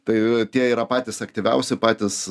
tai tie yra patys aktyviausi patys